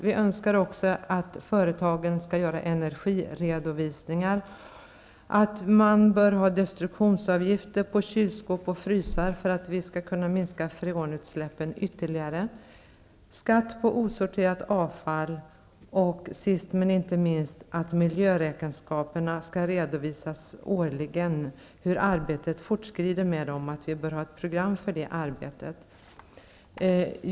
Vi önskar också att företagen skall göra energiredovisningar och att man bör ha destruktionsavgifter på kylskåp och frysar för att vi skall kunna minska freonutsläppen ytterligare. Vi vill ha skatt på osorterat avfall och sist, men inte minst vill vi att miljöräkenskaperna skall redovisas årligen. Man bör kunna se hur arbetet fortskrider med dem och vi bör ha ett program för det arbetet.